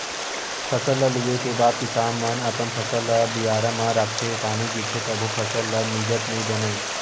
फसल ल लूए के बाद किसान मन अपन फसल ल बियारा म राखथे, पानी गिरथे तभो फसल ल मिजत नइ बनय